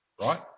right